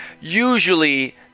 Usually